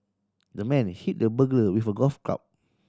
the man hit the burglar with a golf club